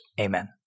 Amen